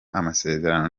amasezerano